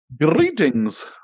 Greetings